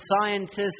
scientists